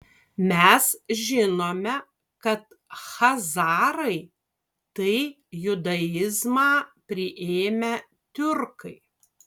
mes žinome kad chazarai tai judaizmą priėmę tiurkai